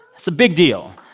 it's a big deal,